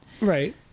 Right